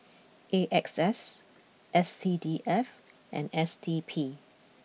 A X S S C D F and S D P